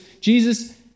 Jesus